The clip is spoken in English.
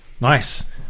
nice